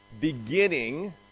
beginning